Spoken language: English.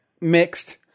mixed